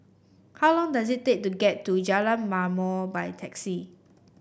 how long does it take to get to Jalan Ma'mor by taxi